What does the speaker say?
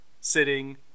sitting